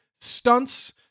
stunts